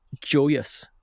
joyous